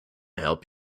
help